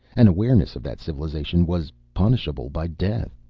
an awareness of that civilization was punishable by death.